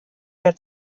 der